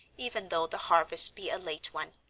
even though the harvest be a late one.